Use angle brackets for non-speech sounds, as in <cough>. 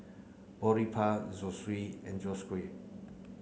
Boribap Zosui and <unintelligible>